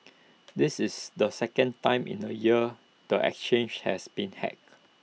this is the second time in A year the exchange has been hacked